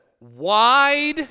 Wide